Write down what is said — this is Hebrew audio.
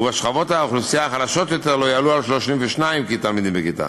ובשכבות האוכלוסייה החלשות יותר הן לא יעלו על 32 תלמידים בכיתה.